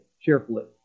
cheerfully